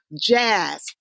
jazz